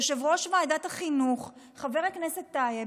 יושב-ראש ועדת החינוך חבר הכנסת טייב,